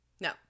No